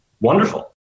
wonderful